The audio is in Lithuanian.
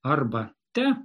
arba te